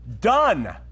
Done